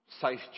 safe